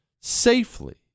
safely